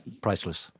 Priceless